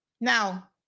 now